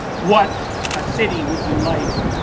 what a city would be like,